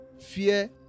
fear